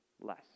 less